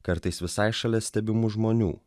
kartais visai šalia stebimų žmonių